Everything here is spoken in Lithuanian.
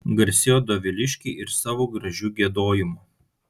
garsėjo doviliškiai ir savo gražiu giedojimu